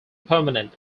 permanent